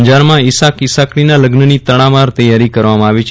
અંજારમાં ઇશાક ઈશાકડીના લગ્નની તડામાર તૈયારી કરવામાં આવી છે